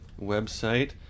website